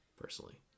personally